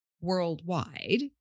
worldwide